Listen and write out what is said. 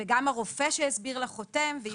וגם הרופא שהסביר לה חותם והיא מאשרת.